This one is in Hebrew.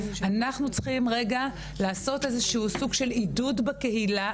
אנחנו צריכים רגע לעשות איזשהו סוג של עידוד בקהילה,